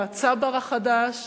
בצבר החדש,